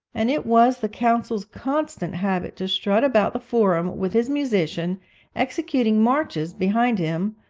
and it was the consul's constant habit to strut about the forum with his musician executing marches behind him,